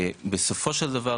בסופו של דבר,